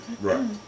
Right